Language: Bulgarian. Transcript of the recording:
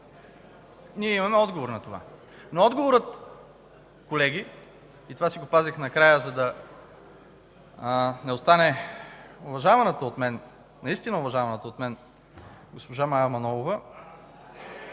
ние имаме отговор. Но отговорът, колеги, това си го пазех накрая, за да не остане уважаваната от мен, наистина уважаваната от мен госпожа Мая Манолова